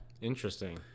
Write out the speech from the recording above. interesting